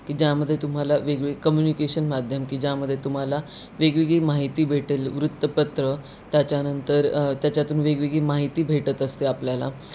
की ज्यामध्ये तुम्हाला वेगवेग कम्युनिकेशन माध्यम की ज्यामध्ये तुम्हाला वेगवेगळी माहिती भेटेल वृत्तपत्र त्याच्यानंतर त्याच्यातून वेगवेगळी माहिती भेटत असते आपल्याला